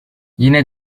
yine